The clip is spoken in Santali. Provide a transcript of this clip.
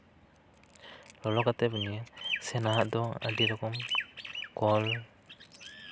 ᱞᱚᱞᱚ ᱠᱟᱛᱮᱜ ᱵᱚᱱ ᱧᱩᱭᱟ ᱥᱮ ᱱᱚᱣᱟ ᱫᱚ ᱟᱹᱰᱤ ᱨᱚᱠᱚᱢ ᱠᱚᱞ